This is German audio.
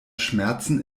schmerzen